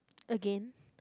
again